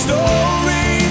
story